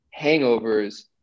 hangovers